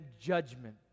judgment